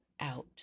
out